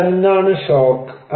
അപ്പോൾ എന്താണ് ഷോക്ക്